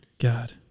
God